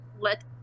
let